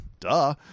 Duh